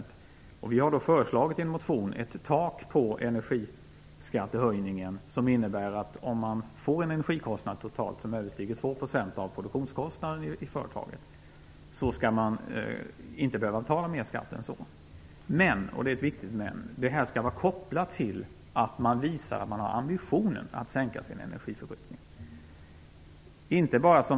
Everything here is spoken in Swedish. Vi har i en motion föreslagit ett tak på energiskattehöjningen som innebär att man, om man får en total energikostnad som överstiger 2 % av produktionskostnaden i företaget, inte skall behöva ge mer skatt än så. Men - och det är ett viktigt men - det skall vara kopplat till att man visar att man har ambitionen att sänka sin energiförbrukning.